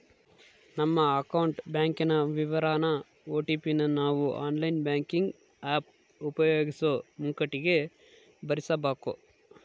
ನಮ್ಮ ಅಕೌಂಟ್ ಬ್ಯಾಂಕಿನ ವಿವರಾನ ಓ.ಟಿ.ಪಿ ನ ನಾವು ಆನ್ಲೈನ್ ಬ್ಯಾಂಕಿಂಗ್ ಆಪ್ ಉಪಯೋಗಿಸೋ ಮುಂಕಟಿಗೆ ಭರಿಸಬಕು